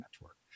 network